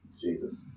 Jesus